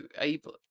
able